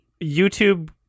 YouTube